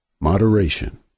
Moderation